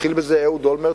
התחיל בזה אהוד אולמרט,